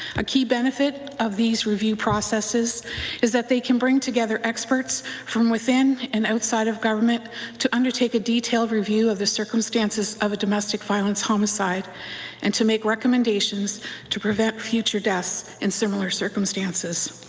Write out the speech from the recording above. a key benefit of these review processes is that they can bring together experts from within and outside of government to undertake a detailed review of the circumstances of a domestic violence homicide and to make recommendations to prevent future deaths in similar circumstances.